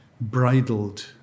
bridled